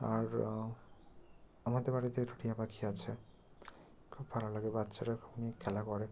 আর আমাদের বাড়িতে একটা টিয়া পাখি আছে খুব ভালো লাগে বাচ্চারা ওকে নিয়ে খেলা করে